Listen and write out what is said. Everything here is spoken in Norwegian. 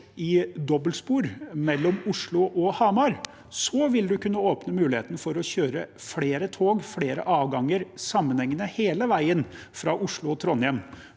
i dobbeltspor mellom Oslo og Hamar, vil man kunne ha mulighet til å kjøre flere tog og flere avganger sammenhengende, hele veien mellom Oslo og Trondheim,